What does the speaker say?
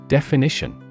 Definition